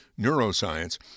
neuroscience